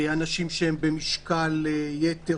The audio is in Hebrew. אנשים שהם במשקל יתר,